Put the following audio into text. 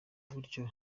buryo